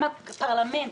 גם הפרלמנט,